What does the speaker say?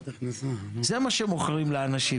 זה מה שמוכרים לאנשים.